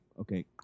Okay